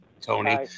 Tony